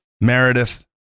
Meredith